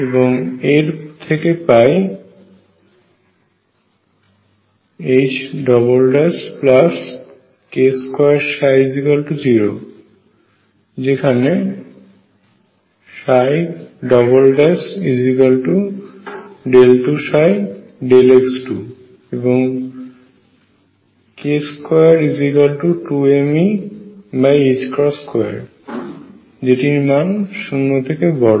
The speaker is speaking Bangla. এবং এর থেকে পাই k20 যেখানে d2dx2 এবং k22mE2 যেটির মান শূন্য থেকে বড়